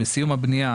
בסיום הבנייה,